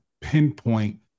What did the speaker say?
pinpoint